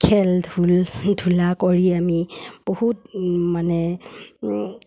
খেল ধূল ধূলা কৰি আমি বহুত মানে